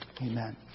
Amen